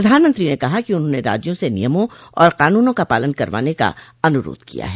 प्रधानमंत्री ने कहा कि उन्होंने राज्यों से नियमों और कानूनों का पालन करवाने का अनूरोध किया है